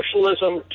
socialism